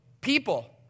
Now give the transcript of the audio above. people